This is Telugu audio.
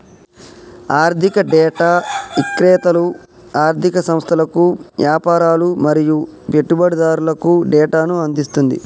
ఆర్ధిక డేటా ఇక్రేతలు ఆర్ధిక సంస్థలకు, యాపారులు మరియు పెట్టుబడిదారులకు డేటాను అందిస్తుంది